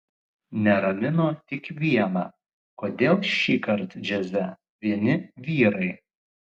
neramino tik viena kodėl šįkart džiaze vieni vyrai